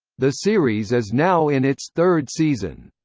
the series is now in its third season.